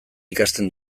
ikasten